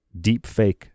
Deepfake